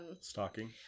stalking